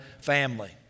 family